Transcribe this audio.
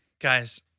Guys